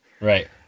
right